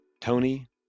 Tony